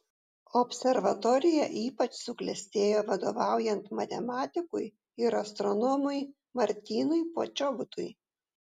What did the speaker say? observatorija ypač suklestėjo vadovaujant matematikui ir astronomui martynui počobutui